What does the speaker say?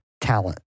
talent